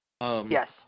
Yes